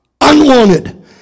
unwanted